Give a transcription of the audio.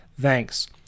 thanks